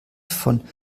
von